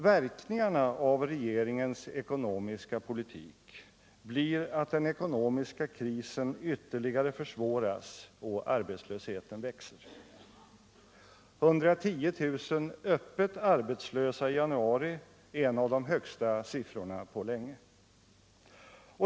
Verkningarna av regeringens ekonomiska politik blir att den ekonomiska krisen ytterligare försvåras och arbetslösheten växer. 110 000 öppet arbetslösa i januari är en av de högsta siffrorna på länge.